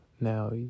now